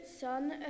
son